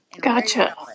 Gotcha